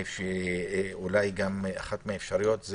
אולי אחת מהאפשרויות,